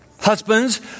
Husbands